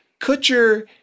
Kutcher